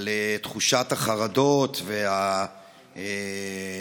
של תחושות החרדות והפחד,